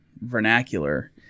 vernacular